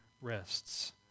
rests